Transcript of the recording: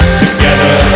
together